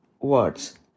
words